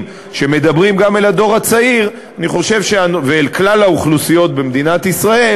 שמדברים גם אל הדור הצעיר ואל כלל האוכלוסיות במדינת ישראל,